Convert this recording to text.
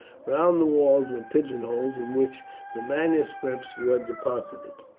round the walls were pigeonholes, in which the manuscripts were deposited,